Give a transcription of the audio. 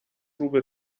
روبه